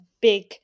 big